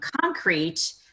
concrete